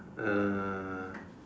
uh